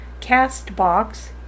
Castbox